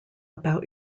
about